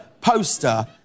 poster